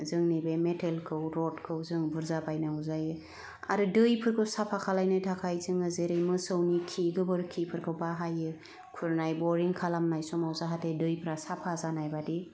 जोंनि बे मेथेलखौ रदखौ बुरजा बायनांगौ जायो आरो दैफोरखौ साफा खालामनो थाखाय जोङो जेरै मोसौनि खि गोबोरखि फोरखौ बाहायो खुरनाय बरिं खालामनाय समाव जाहाते दैफ्रा साफा जानाय बादि